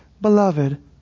beloved